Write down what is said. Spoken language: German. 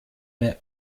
mehr